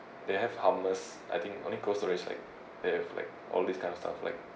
they have hummus I think only cold storage like they have like all this kind of stuff like